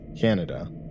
Canada